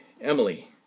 Emily